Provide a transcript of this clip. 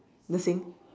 nursing